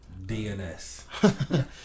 DNS